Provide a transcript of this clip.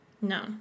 No